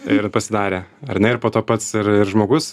ir pasidarę ar ne ir po to pats ir ir žmogus